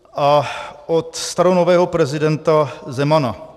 A od staronového prezidenta Zemana.